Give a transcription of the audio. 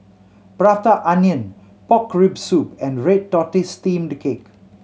Prata Onion pork rib soup and red tortoise steamed cake